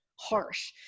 harsh